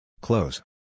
Close